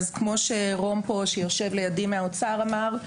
כמו שרום מהאוצר אמר,